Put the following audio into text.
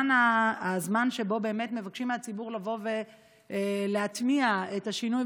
והזמן שבו מבקשים מהציבור לבוא ולהטמיע את השינוי,